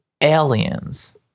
aliens